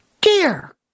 dear